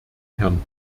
herrn